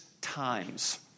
times